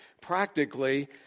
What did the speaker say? practically